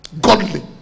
Godly